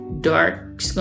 dark